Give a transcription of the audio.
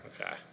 Okay